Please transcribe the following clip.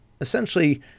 Essentially